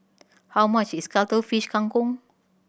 how much is Cuttlefish Kang Kong